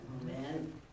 amen